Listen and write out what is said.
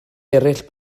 eraill